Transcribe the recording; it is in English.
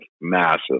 massive